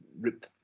ripped